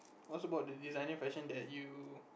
what's about the designer fashion that you